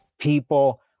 people